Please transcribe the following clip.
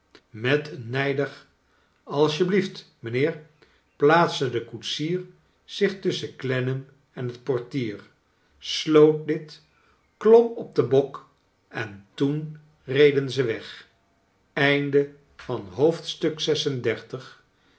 met een nijdig asjeblieft mijnheer plaatste de koetsier zich tusschen clennam en het portier sloot dit klom op den bok en toen reden zij weg